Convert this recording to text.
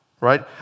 right